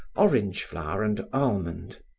orange flower and almond,